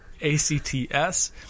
A-C-T-S